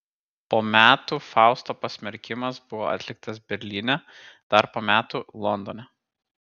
po metų fausto pasmerkimas buvo atliktas berlyne dar po metų londone